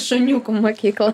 šuniukų mokyklą